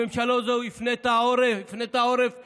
הממשלה הזו הפנתה עורף לאזרחיה,